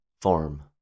form